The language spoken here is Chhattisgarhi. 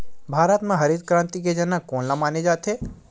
भारत मा हरित क्रांति के जनक कोन ला माने जाथे?